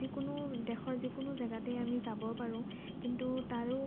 যিকোনো দেশৰ যিকোনো জেগাতে আমি যাব পাৰোঁ কিন্তু তাৰো